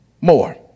more